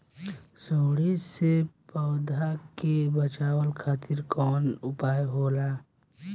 सुंडी से पौधा के बचावल खातिर कौन उपाय होला?